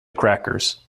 crackers